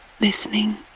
listening